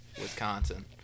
Wisconsin